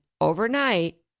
overnight